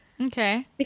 okay